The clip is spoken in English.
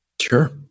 Sure